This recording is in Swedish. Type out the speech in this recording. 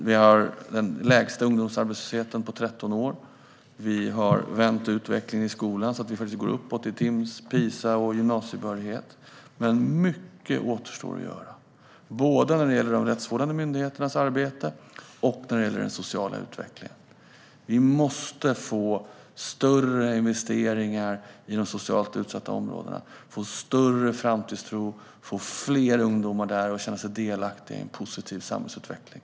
Vi har den lägsta ungdomsarbetslösheten på 13 år, och vi har vänt utvecklingen i skolan så att den går uppåt när det gäller Timss, PISA och gymnasiebehörighet. Men mycket återstår att göra både när det gäller de rättsvårdande myndigheternas arbete och när det gäller den sociala utvecklingen. Vi måste få större investeringar i de socialt utsatta områdena, få större framtidstro och få fler ungdomar där att känna sig delaktiga i en positiv samhällsutveckling.